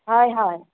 হয় হয়